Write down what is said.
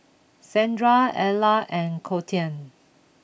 Shandra Ella and Kolten